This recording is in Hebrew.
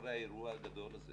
ואחרי האירוע הגדול הזה